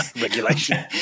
regulation